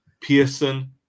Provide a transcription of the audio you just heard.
Pearson